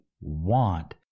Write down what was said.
want